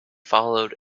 followed